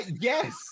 Yes